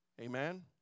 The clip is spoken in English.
Amen